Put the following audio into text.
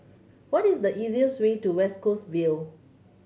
what is the easiest way to West Coast Vale